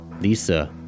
Lisa